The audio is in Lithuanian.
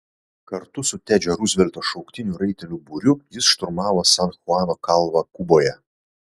kartu su tedžio ruzvelto šauktinių raitelių būriu jis šturmavo san chuano kalvą kuboje